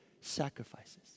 sacrifices